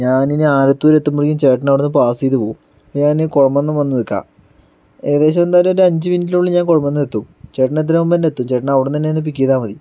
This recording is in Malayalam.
ഞാൻ ഇനി ആലത്തൂർ എത്തുമ്പോഴത്തേക്കും ചേട്ടൻ അവിടുന്ന് പാസ് ചെയ്ത പോകും ഞാൻ ഈ കൊഴമന്നം വന്ന് നിൽക്കാം ഏകദേശം എന്തായാലും ഞാൻ ഒരു അഞ്ച് മിനിറ്റിനുള്ളിൽ ഞാൻ കൊഴമന്നം എത്തും ചേട്ടൻ അതിന് മുന്നേ എത്തും ചേട്ടൻ അവിടുന്ന് എന്നെ പിക്ക് ചെയ്താൽ മതി